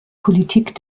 politik